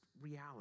reality